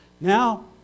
now